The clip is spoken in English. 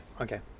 okay